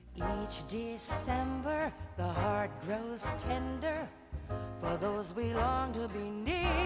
each december the heart grows tender for those we long to be near